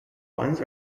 ones